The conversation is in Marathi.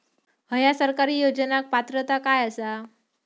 हया सरकारी योजनाक पात्रता काय आसा?